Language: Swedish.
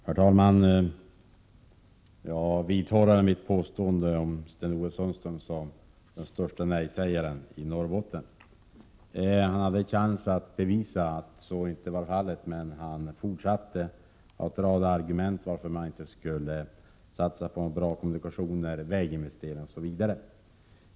Herr talman! Jag vidhåller mitt påstående om Sten-Ove Sundström som den störste nejsägaren i Norrbotten. Han hade chansen att bevisa att så inte var fallet, men han fortsatte att rada upp argument för varför man inte skulle satsa på bra kommunikationer, väginvesteringar osv.